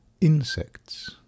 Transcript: Insects